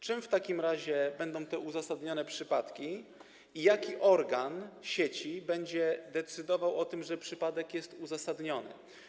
Czym w takim razie będą te uzasadnione przypadki i jaki organ sieci będzie decydował o tym, że przypadek jest uzasadniony?